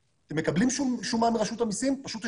העובדה שמי שמייצג את חברות הגז יושב בכנסת ובאצטלה סביבתית